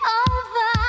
over